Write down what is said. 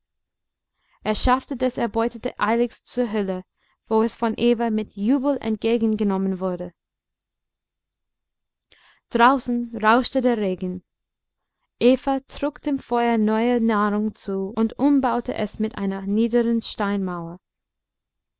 er schaffte das erbeutete eiligst zur höhle wo es von eva mit jubel entgegengenommen wurde draußen rauschte der regen eva trug dem feuer neue nahrung zu und umbaute es mit einer niederen steinmauer